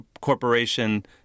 Corporation